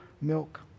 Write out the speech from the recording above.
milk